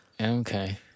Okay